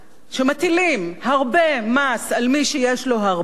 שמטילים הרבה מס על מי שיש לו הרבה,